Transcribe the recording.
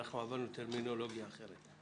אנחנו עברנו לטרמינולוגיה אחרת.